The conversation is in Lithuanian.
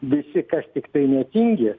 visi kas tiktai netingi